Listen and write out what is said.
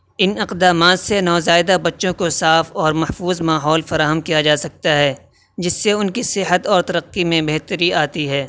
ان اقدامات سے نو زائیدہ بچوں کو صاف اور محفوظ ماحول فراہم کیا جا سکتا ہے جس سے ان کی صحت اور ترقی میں بہتری آتی ہے